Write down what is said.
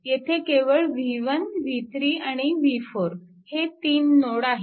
येथे केवळ v1 v3 आणि v4 हे तीन नोड आहेत